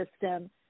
system